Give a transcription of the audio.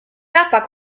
tappa